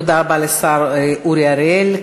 תודה רבה לשר אורי אריאל.